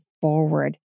forward